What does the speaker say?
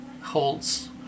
holds